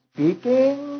Speaking